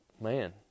man